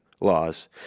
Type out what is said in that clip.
laws